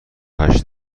هشت